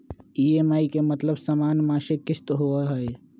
EMI के मतलब समान मासिक किस्त होहई?